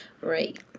Right